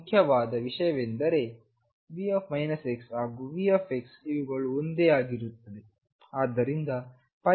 ಮುಖ್ಯವಾದ ವಿಷಯವೇನೆಂದರೆV ಹಾಗೂ V ಇವುಗಳು ಒಂದೇ ಆಗಿರುತ್ತದೆ